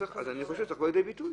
אני חושב שזה צריך לבוא לידי ביטוי.